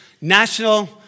National